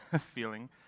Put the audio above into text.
feeling